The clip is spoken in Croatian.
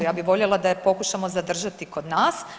Ja bi voljela da je pokušamo zadržati kod nas.